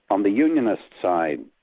on the unionist side,